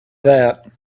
that